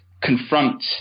confront